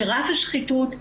שרף השחיתות,